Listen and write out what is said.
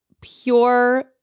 pure